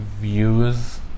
views